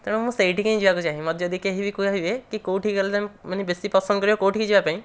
ତେଣୁ ମୁଁ ସେଇଠିକି ହିଁ ଯିବାକୁ ଚାହେଁ ମୋତେ ଯଦି କେହିବି କହିବେ କି କେଉଁଠିକି ଗଲେ ତୁମେ ମାନେ ବେଶି ପସନ୍ଦ କରିବ କେଉଁଠିକି ଯିବାପାଇଁ